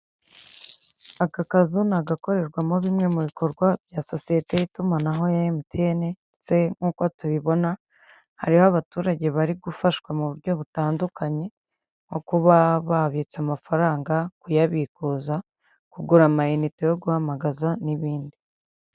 Aka kazu ni agakorerwamo bimwe mu bikorwa bya sosiyete y'itumanaho ya MTN, ndetse nk'uko tubibona hariho abaturage bari gufashwa mu buryo butandukanye, nko kuba babitse amafaranga, kuyabikuza, kugura amayinite yo guhamagaza n'ibindi.